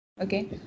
Okay